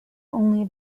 only